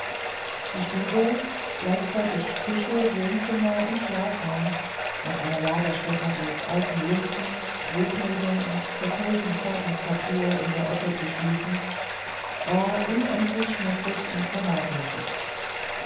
die stube gleichzeitig küche wohnzimmer und auch schlafraum nach einer lagerstätte aus alten lumpen strohknödeln und zerknülltem zeitungspapier in der ecke zu schließen war unendlich schmutzig und vernachlässigt